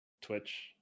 Twitch